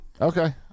okay